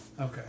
Okay